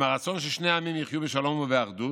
עם הרצון ששני העמים יחיו בשלום ובאחדות,